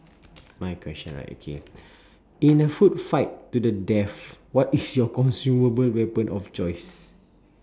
my question right okay in a food fight to the death what is your consumable weapon of choice